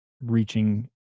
reaching